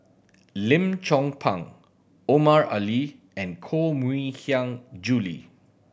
Lim Chong Pang Omar Ali and Koh Mui Hiang Julie